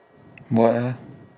what ah